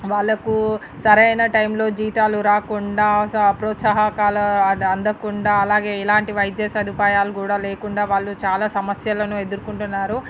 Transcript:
వాళ్ళకు సరైన టైమ్లో జీతాలు రాకుండా ప్రోత్సాహకాలు అది అందకుండా ఎలాంటి వైద్య సదుపాయాలు కూడా లేకుండా వాళ్ళు చాలా సమస్యలను ఎదుర్కొంటున్నారు